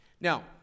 Now